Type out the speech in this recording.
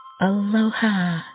Aloha